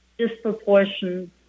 Disproportion